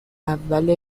اول